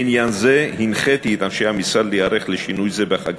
בעניין זה הנחיתי את אנשי המשרד להיערך לשינוי זה בחקיקה,